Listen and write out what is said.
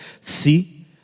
see